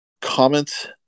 comment